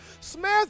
Smith